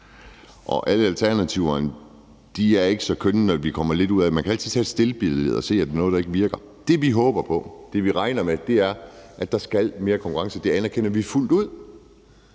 Og alternativerne er ikke så kønne, når det kommer til det. Man kan altid tage et stillbillede og se, om der er noget, der ikke virker. Det, vi håber på, og det, vi regner med, er, at der skal mere konkurrence; det anerkender vi fuldt ud.